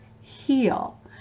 heal